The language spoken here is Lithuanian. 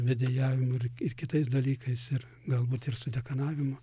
vedėjavimu ir ir kitais dalykais ir galbūt ir su dekanavimu